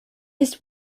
his